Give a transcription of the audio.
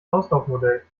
auslaufmodell